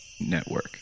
Network